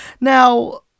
Now